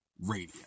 Radio